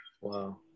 Wow